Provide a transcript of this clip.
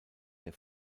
von